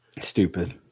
Stupid